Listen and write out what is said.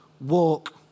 walk